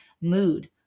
mood